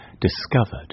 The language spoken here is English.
discovered